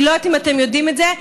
אני לא יודעת אם אתם יודעים את זה,